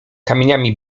kamieniami